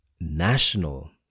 national